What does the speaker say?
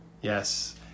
Yes